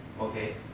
Okay